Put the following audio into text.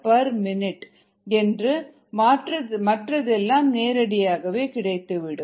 07mMmin 1 மற்றதெல்லாம் நேரடியானது